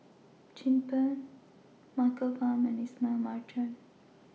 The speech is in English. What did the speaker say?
Chin Peng Michael Fam and Ismail Marjan